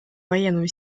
военную